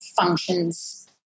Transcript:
functions